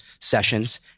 sessions